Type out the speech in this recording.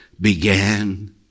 Began